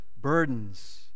burdens